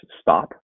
stop